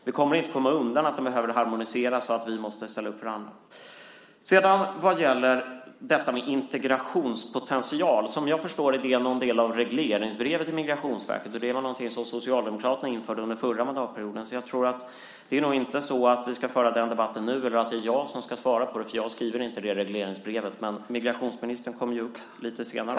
Vi kommer inte undan att den behöver harmoniseras och att vi måste ställa upp för andra. Vad gäller integrationspotentialen är den, som jag förstått det hela, en del av regleringsbrevet till Migrationsverket och något som Socialdemokraterna införde under den förra mandatperioden. Jag tror därför inte att vi ska föra den debatten nu eller att det är jag som ska svara på det eftersom jag inte skrivit regleringsbrevet. Migrationsministern kommer dock upp i talarstolen lite senare.